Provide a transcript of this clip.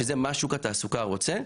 שזה מה שוק התעסוקה רוצה.